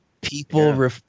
People